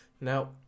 Now